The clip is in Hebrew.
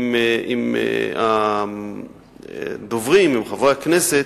עם הדוברים, עם חברי הכנסת,